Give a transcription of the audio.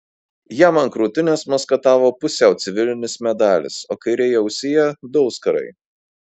jam ant krūtinės maskatavo pusiau civilinis medalis o kairėje ausyje du auskarai